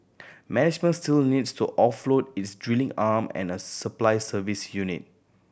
management still needs to offload its drilling arm and a supply service unit